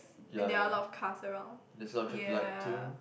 and there are a lot of cars around ya